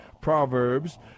Proverbs